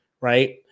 right